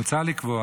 מוצע לקבוע